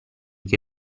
che